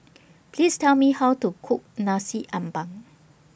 Please Tell Me How to Cook Nasi Ambeng